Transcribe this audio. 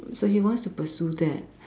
so he wants to pursue that